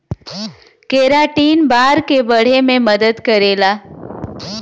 keratin बार के बढ़े में मदद करेला